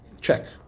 check